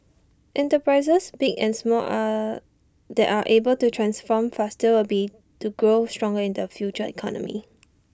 enterprises big and small are that are able to transform faster will be to grow stronger in the future economy